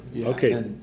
Okay